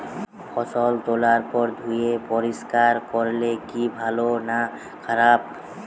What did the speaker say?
ফসল তোলার পর ধুয়ে পরিষ্কার করলে কি ভালো না খারাপ?